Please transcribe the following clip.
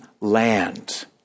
land